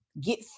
get